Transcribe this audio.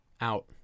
out